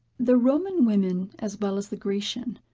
the roman women, as well as the grecian,